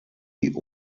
wie